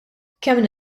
kemm